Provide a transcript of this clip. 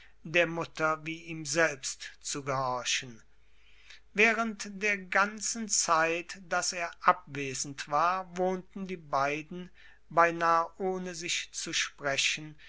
der mutter wie ihm selbst zu gehorchen während der ganzen zeit daß er abwesend war wohnten die beiden beinahe ohne sich zu sprechen